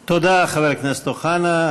תודה, חבר הכנסת אוחנה.